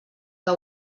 que